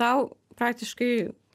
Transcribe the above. tau praktiškai